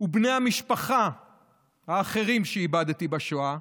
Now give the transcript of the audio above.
ובני המשפחה האחרים שאיבדתי בשואה,